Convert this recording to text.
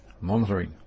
monitoring